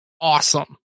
awesome